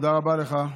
תודה רבה לך,